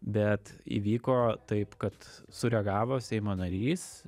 bet įvyko taip kad sureagavo seimo narys